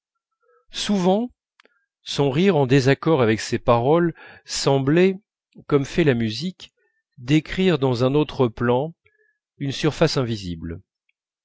souvent son rire en désaccord avec ses paroles semblait comme la musique décrire dans un autre plan une surface invisible